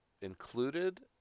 included